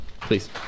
please